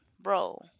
bro